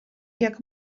jak